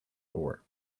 ore